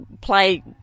play